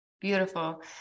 beautiful